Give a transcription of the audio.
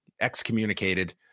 excommunicated